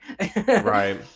Right